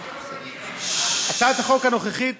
הצעת החוק הנוכחית